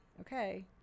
okay